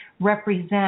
represent